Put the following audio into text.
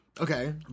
Okay